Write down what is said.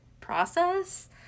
process